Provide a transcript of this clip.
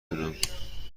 تونم